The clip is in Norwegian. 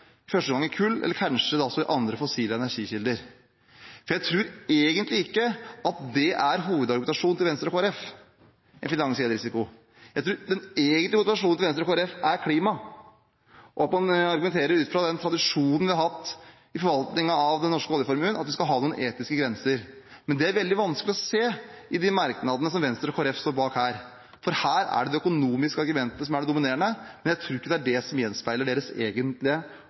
første gang i kull, eller kanskje også i andre fossile energikilder. Jeg tror egentlig ikke at hovedargumentasjonen til Venstre og Kristelig Folkeparti er en finansiell risiko. Jeg tror den egentlige motivasjonen til Venstre og Kristelig Folkeparti er klima og at man argumenterer ut fra den tradisjonen vi har hatt i forvaltningen av den norske oljeformuen, at vi skal ha noen etiske grenser. Men det er veldig vanskelig å se i de merknadene som Venstre og Kristelig Folkeparti står bak her. Her er det de økonomiske argumentene som er det dominerende, men jeg tror ikke det er det som gjenspeiler deres egentlige